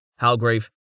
Halgrave